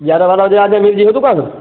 ग्यारह बारह बजे आ जाएँ मिल जइहो दुकान